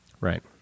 right